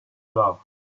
love